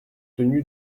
tenu